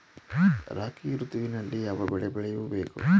ರಾಬಿ ಋತುವಿನಲ್ಲಿ ಯಾವ ಬೆಳೆ ಬೆಳೆಯ ಬೇಕು?